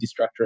destructuring